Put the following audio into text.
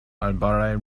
arbaraj